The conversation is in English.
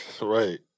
Right